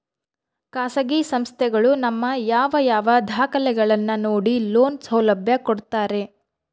ಖಾಸಗಿ ಸಂಸ್ಥೆಗಳು ನಮ್ಮ ಯಾವ ಯಾವ ದಾಖಲೆಗಳನ್ನು ನೋಡಿ ಲೋನ್ ಸೌಲಭ್ಯ ಕೊಡ್ತಾರೆ?